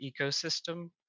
ecosystem